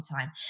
time